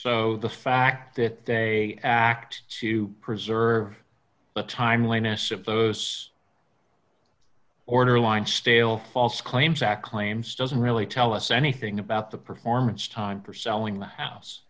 so the fact that they act to preserve the timeliness of those order line stale false claims act claims doesn't really tell us anything about the performance time for selling the house